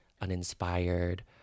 uninspired